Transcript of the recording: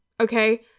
okay